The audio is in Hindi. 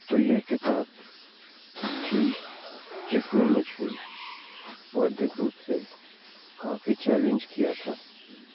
तो यह किताब थी जिसने मुझे बौद्धिक रूप से काफ़ी चैलेंज किया था